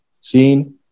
seen